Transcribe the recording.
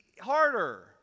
harder